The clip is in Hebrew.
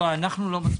לא, אנחנו זה לא מספיק.